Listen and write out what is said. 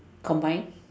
combine